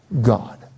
God